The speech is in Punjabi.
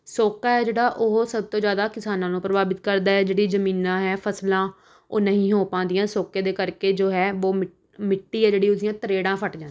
ਸੋਕਾ ਹੈ ਜਿਹੜਾ ਉਹ ਸਭ ਤੋਂ ਜ਼ਿਆਦਾ ਕਿਸਾਨਾਂ ਨੂੰ ਪ੍ਰਭਾਵਿਤ ਕਰਦਾ ਹੈ ਜਿਹੜੀ ਜ਼ਮੀਨਾਂ ਹੈ ਫਸਲਾਂ ਉਹ ਨਹੀਂ ਹੋ ਪਾਉਂਦੀਆ ਸੋਕੇ ਦੇ ਕਰਕੇ ਜੋ ਹੈ ਬੋ ਮਿ ਮਿੱਟੀ ਹੈ ਜਿਹੜੀ ਉਸਦੀ ਤਰੇੜਾਂ ਫੱਟ ਜਾਂਦੀਆਂ ਹੈ